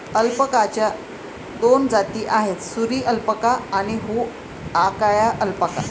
अल्पाकाच्या दोन जाती आहेत, सुरी अल्पाका आणि हुआकाया अल्पाका